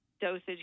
dosage